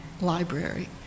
library